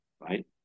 right